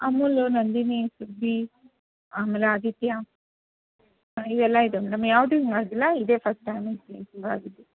ಅಮೂಲ್ ನಂದಿನಿ ಸುಗ್ಗಿ ಆಮೇಲೆ ಆದಿತ್ಯ ಇವೆಲ್ಲಾ ಇದೆ ಮೇಡಮ್ ಯಾವುದು ಹಿಂಗೆ ಆಗಿಲ್ಲ ಇದೇ ಫಸ್ಟ್ ಟೈಮ್